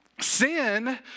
Sin